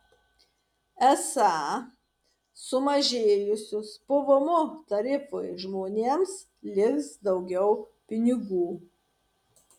esą sumažėjusius pvm tarifui žmonėms liks daugiau pinigų